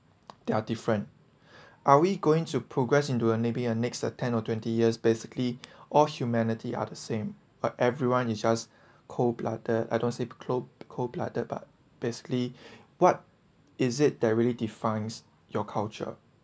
they are different are we going to progress into a maybe uh next uh ten or twenty years basically all humanity are the same but everyone is just cold blooded I don't say cloak cold blooded but basically what is it that really defines your culture